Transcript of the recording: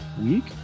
week